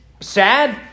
sad